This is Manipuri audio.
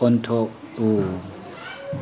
ꯑꯣꯟꯊꯣꯛꯎ